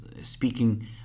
speaking